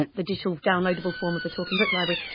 and the digital downloadable form of the talking book library.